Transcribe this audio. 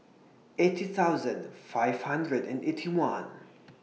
eighty thousand five hundred and Eighty One